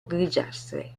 grigiastre